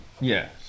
Yes